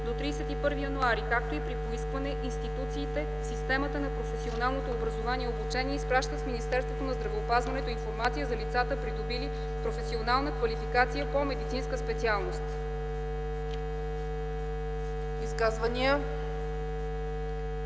до 31 януари, както и при поискване, институциите в системата на професионалното образование и обучение изпращат в Министерството на здравеопазването информация за лицата, придобили професионална квалификация по медицинска специалност.”